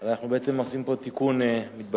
אנחנו בעצם עושים פה תיקון מתבקש.